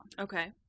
Okay